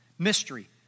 Mystery